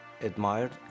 admired